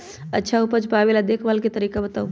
अच्छा उपज पावेला देखभाल के तरीका बताऊ?